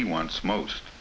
he wants most